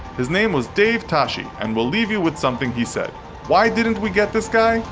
his name was dave toschi, and we'll leave you with something he said why didn't we get this guy?